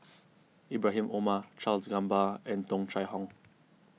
Ibrahim Omar Charles Gamba and Tung Chye Hong